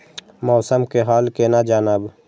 मौसम के हाल केना जानब?